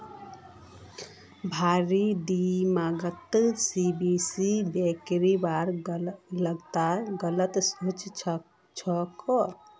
भारिर दिमागत स्विस बैंकेर बारे गलत सोच छेक